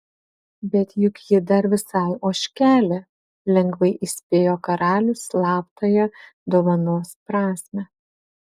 bet juk ji dar visai ožkelė lengvai įspėjo karalius slaptąją dovanos prasmę